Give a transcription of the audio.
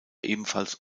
ebenfalls